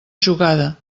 jugada